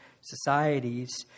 societies